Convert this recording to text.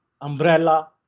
umbrella